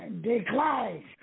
Decline